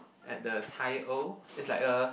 at the Tai O it's like a